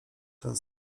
ten